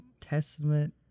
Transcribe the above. Testament